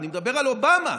אני מדבר על אובמה,